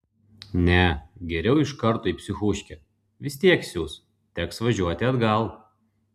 ne geriau iš karto į psichuškę vis tiek siųs teks važiuoti atgal